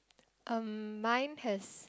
um mine has